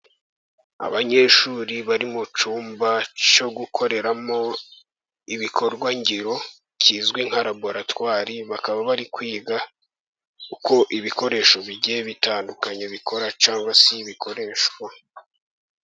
Abanyeshuri bari mu cyumba cyo gukoreramo ibikorwa ngiro kizwi nka laboratwari, bakaba bari kwiga uko ibikoresho bigiye bitandukanye bikora cyangwa se bikoreshwa.